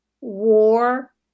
war